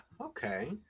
Okay